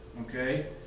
Okay